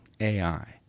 AI